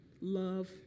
love